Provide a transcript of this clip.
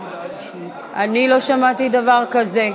אני לא שמעתי דבר כזה.